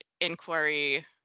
inquiry